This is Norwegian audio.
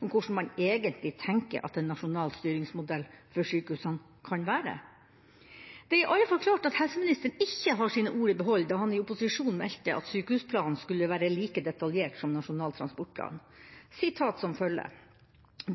om hvordan man egentlig tenker at en nasjonal styringsmodell for sykehusene kan være. Det er i alle fall klart at helseministeren ikke har sine ord i behold da han i opposisjon meldte at sykehusplanen skulle være like detaljert som Nasjonal transportplan: